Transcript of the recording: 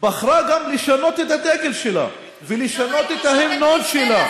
בחרה גם לשנות את הדגל שלה ולשנות את ההמנון שלה,